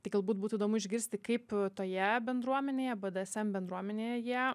tai galbūt būtų įdomu išgirsti kaip toje bendruomenėje bdsm bendruomenėje